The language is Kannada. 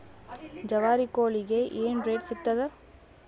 ಜವಾರಿ ಕೋಳಿಗಿ ಏನ್ ರೇಟ್ ಸಿಗ್ತದ?